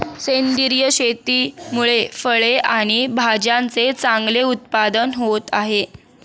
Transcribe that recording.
सेंद्रिय शेतीमुळे फळे आणि भाज्यांचे चांगले उत्पादन होत आहे